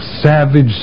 savage